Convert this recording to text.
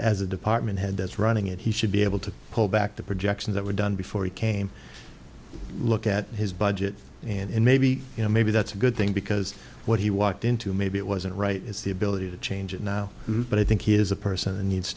as a department head that's running it he should be able to pull back the projects that were done before he came look at his budget and maybe you know maybe that's a good thing because what he walked into maybe it wasn't right is the ability to change it now but i think he is a person